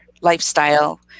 lifestyle